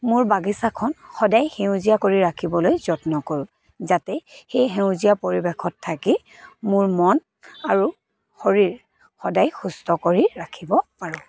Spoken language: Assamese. মোৰ বাগিচাখন সদায় সেউজীয়া কৰি ৰাখিবলৈ যত্ন কৰোঁ যাতে সেই সেউজীয়া পৰিৱেশত থাকি মোৰ মন আৰু শৰীৰ সদায় সুস্থ কৰি ৰাখিব পাৰোঁ